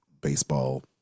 baseball